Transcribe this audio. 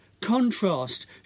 contrast